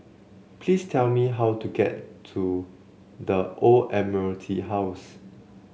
please tell me how to get to The Old Admiralty House